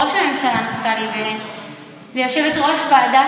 לראש הממשלה נפתלי בנט וליושבת-ראש ועדת